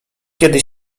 kiedy